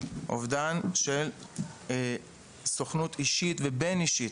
אובדן של סוכנות אישית ובין-אישית,